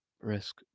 risk